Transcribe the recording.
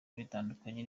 bitandukanye